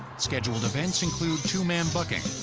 scheduled events include two-man bucking,